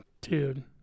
dude